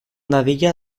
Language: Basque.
dadila